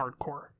hardcore